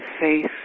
face